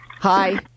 Hi